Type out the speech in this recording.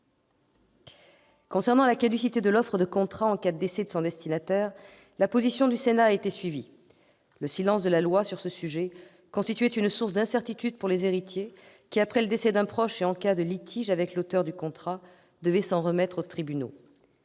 de la caducité de l'offre de contrat en cas de décès de son destinataire, la position du Sénat a été suivie. Le silence de la loi sur ce sujet constituait une source d'incertitude pour les héritiers qui, après le décès d'un proche et en cas de litige avec l'auteur du contrat, devaient s'en remettre aux tribunaux.